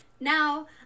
Now